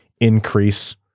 increase